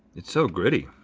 it's so gritty.